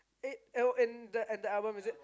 it oh in the album is it